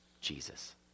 Jesus